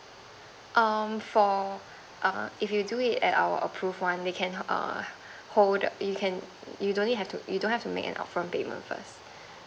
um for err if you do it at our approved one they can err hold you can you don't need to you don't have to make upfront payment first